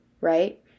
right